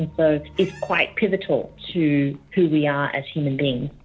but it's quite pivotal to who we are as human beings.